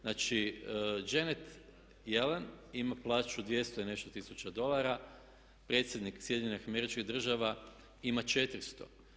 Znači, Janet Yellen ima plaću 200 i nešto tisuća dolara, predsjednik SAD-a ima 400.